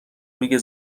روی